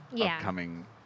upcoming